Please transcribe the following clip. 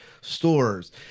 stores